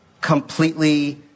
completely